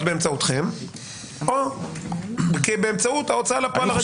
באמצעותכם או באמצעות ההוצאה לפועל הרגיל?